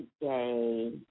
today